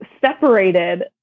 separated